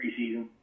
preseason